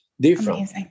different